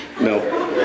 no